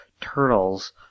turtles